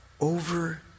over